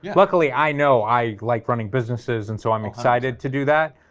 yeah luckily i know i like running businesses, and so i'm excited to do that,